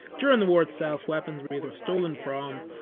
during the war itself, weapons were either stolen from,